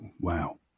Wow